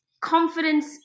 confidence